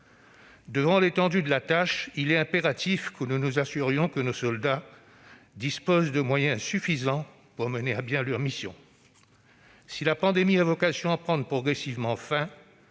Devant l'étendue de la tâche, il est impératif que nous nous assurions que nos soldats disposent des moyens suffisants pour mener à bien leurs missions. Si la pandémie a vocation à prendre progressivement fin,